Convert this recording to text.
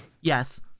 Yes